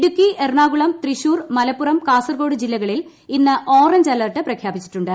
ഇടുക്കി എറണാകുളം തൃശൂർ മലപ്പുറം കാസർകോട് ജില്ലകളിൽ ഇന്ന് orange alert പ്രഖ്യാപിച്ചിട്ടുണ്ട്